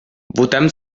votem